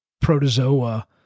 protozoa